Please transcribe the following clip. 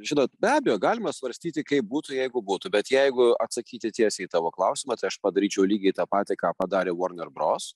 žinot be abejo galima svarstyti kaip būtų jeigu būtų bet jeigu atsakyti tiesiai į tavo klausimą tai aš padaryčiau lygiai tą patį ką padarė warner bros